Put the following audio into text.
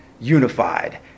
Unified